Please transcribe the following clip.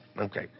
Okay